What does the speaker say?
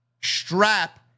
Strap